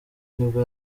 nibwo